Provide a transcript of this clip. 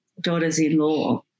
daughters-in-law